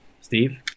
steve